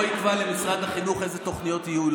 לא יקבע למשרד החינוך איזה תוכניות יהיו.